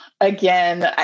again